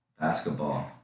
Basketball